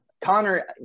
Connor